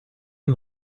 and